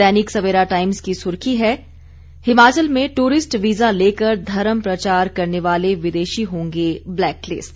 दैनिक Savera times की सुर्खी है हिमाचल में टूरिस्ट वीजा लेकर धर्मप्रचार करने वाले विदेशी होंगे ब्लैक लिस्ट